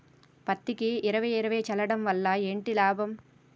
పత్తికి ఇరవై ఇరవై చల్లడం వల్ల ఏంటి లాభం?